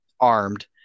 armed